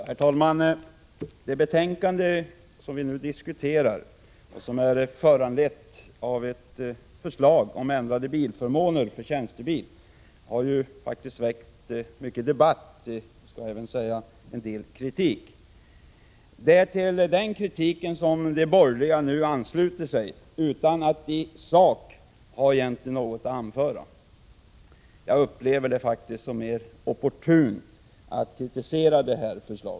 Herr talman! Det betänkande som vi nu diskuterar och som är föranlett av ett förslag om ändrade bilförmåner för tjänstebil har väckt mycken debatt och även en del kritik. Det är till den kritiken som de borgerliga nu ansluter sig utan att i sak ha något att anföra. Jag upplever det mer såsom opportunt att kritisera förslaget.